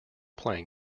playing